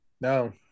no